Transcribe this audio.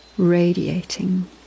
Radiating